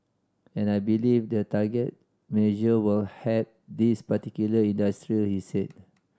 and I believe the targeted measure will help these particular industry he said